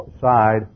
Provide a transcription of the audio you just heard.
side